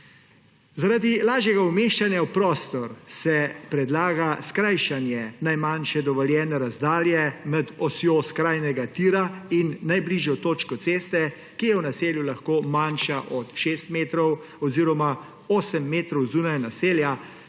Zaradi lažjega umeščanja v prostor se predlaga skrajšanje najmanjše dovoljene razdalje med osjo skrajnega tira in najbližjo točko ceste, ki je v naselju lahko manjša od šest metrov oziroma osem metrov zunaj naselja,